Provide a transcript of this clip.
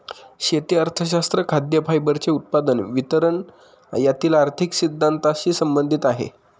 शेती अर्थशास्त्र खाद्य, फायबरचे उत्पादन, वितरण यातील आर्थिक सिद्धांतानशी संबंधित आहे